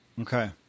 Okay